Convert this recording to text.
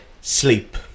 sleep